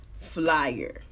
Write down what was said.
flyer